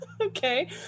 Okay